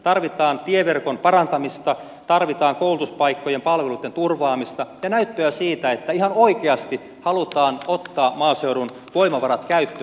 tarvitaan tieverkon parantamista tarvitaan koulutuspaikkojen palveluitten turvaamista ja näyttöä siitä että ihan oikeasti halutaan ottaa maaseudun voimavarat käyttöön